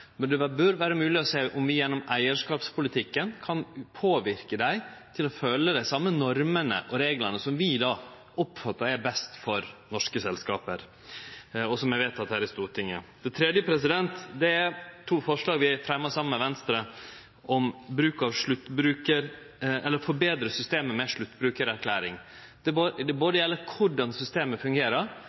men det bør vere mogleg å sjå på om vi gjennom eigarskapspolitikken kan påverke dei til å følgje dei same normene og reglane som vi oppfattar er best for norske selskap, og som er vedteke her i Stortinget. For det tredje har vi fremja to forslag saman med Venstre og andre om å forbetre systemet med sluttbrukarerklæring. Det gjeld korleis systemet fungerer,